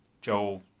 Joel